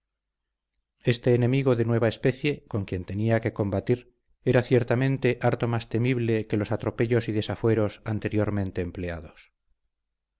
este enemigo de nueva especie con quien tenía que combatir era ciertamente harto más temible que los atropellos y desafueros anteriormente empleados